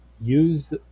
use